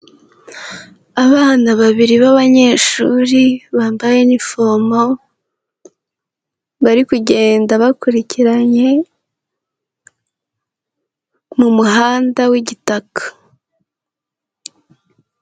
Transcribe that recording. Abana babiri b'abanyeshuri bambaye uniform, bari kugenda bakurikiranye mu muhanda w'igitaka.